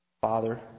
Father